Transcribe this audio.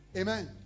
amen